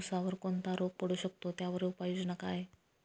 ऊसावर कोणता रोग पडू शकतो, त्यावर उपाययोजना काय?